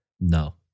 No